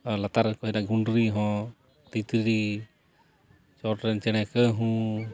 ᱞᱟᱛᱟᱨ ᱨᱮᱱ ᱠᱚ ᱦᱩᱭᱱᱟ ᱜᱩᱰᱨᱤ ᱦᱚᱸ ᱛᱤᱛᱨᱤ ᱪᱚᱴ ᱨᱮᱱ ᱪᱮᱬᱮ ᱠᱟᱹᱦᱩ